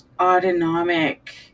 autonomic